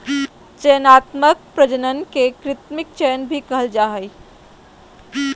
चयनात्मक प्रजनन के कृत्रिम चयन भी कहल जा हइ